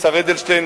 השר אדלשטיין,